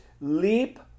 leap